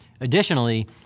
Additionally